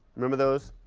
remember those?